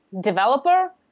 developer